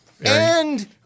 and-